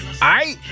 Right